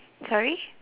sorry